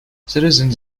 citizens